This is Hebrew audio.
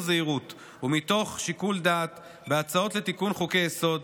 זהירות ומתוך שיקול דעת בהצעות לתיקון חוקי-יסוד,